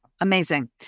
amazing